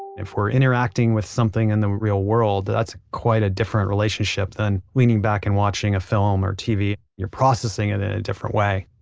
if we're interacting with something in the real world, that's quite a different relationship than leaning back and watching a film or tv, and you're processing it in a different way